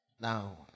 Now